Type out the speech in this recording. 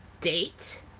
date